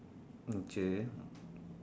okay